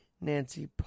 Nancy